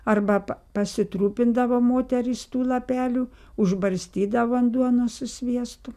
arba pa pasitrupindavo moterys tų lapelių užbarstydavo ant duonos su sviestu